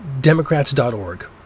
Democrats.org